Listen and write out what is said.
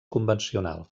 convencional